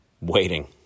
waiting